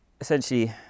essentially